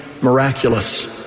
miraculous